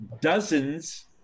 dozens